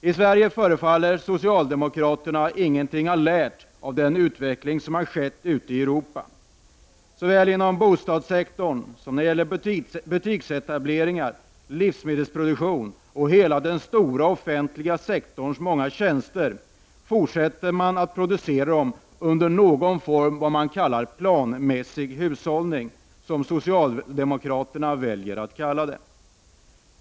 I Sverige förefaller inte socialdemokraterna ha lärt någonting av den utveckling som skett ute i Europa. Såväl inom bostadssektorn, butiksetableringarna, livsmedelsproduktionen som inom hela den stora offentliga sektorns många tjänster fortsätter man att producera under någon form av ”planmässig hushållning”, som socialdemokrater väljer att kalla det för.